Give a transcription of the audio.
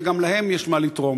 וגם להם יש מה לתרום.